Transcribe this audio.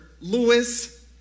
Lewis